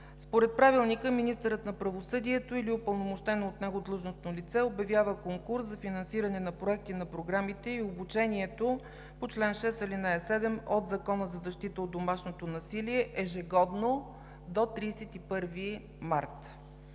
Според Правилника министърът на правосъдието или упълномощено от него длъжностно лице обявява конкурс за финансиране на проекти, на програмите и обучението по чл. 6, ал. 7 от Закона за защита от домашното насилие ежегодно до 31 март.